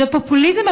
זה פופוליזם,